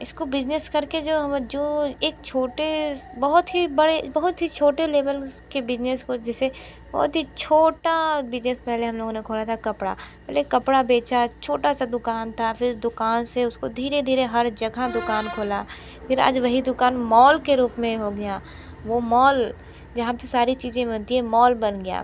इसको बिजनेस करके जो जो एक छोटे बहुत ही बड़े बहुत ही छोटे लेवल्स के बिजनेस को जैसे बहुत ही छोटा बिजनेस पहले हम लोग ने खोला था कपड़ा फिर एक कपड़ा बेचा छोटा सा दुकान था फिर दुकान से उसको धीरे धीरे हर जगह दुकान खोला फिर आज वही दुकान मॉल के रूप में हो गया वो मॉल जहाँ पर सारी चीज़ें बनती है मॉल बन गया